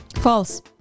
False